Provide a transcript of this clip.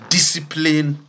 Discipline